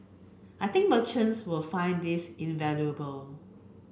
I think merchants will find this invaluable